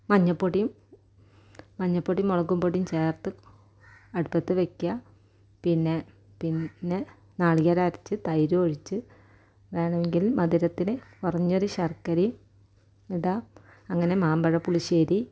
മഞ്ഞൾപ്പൊടിയും മഞ്ഞൾപ്പൊടി മുളകുപൊടിയും ചേർത്ത് അടുപ്പത്ത് വയ്ക്കുക പിന്നെ പിന്നെ നാളികേരമരച്ച് തൈരും ഒഴിച്ച് വേണമെങ്കിൽ മധുരത്തിന് കുറച്ചൊരു ശർക്കരയും ഇടാം അങ്ങനെ മാമ്പഴപ്പുളിശ്ശേരി